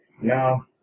no